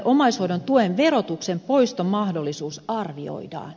omaishoidon tuen verotuksen poistomahdollisuus arvioidaan